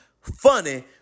funny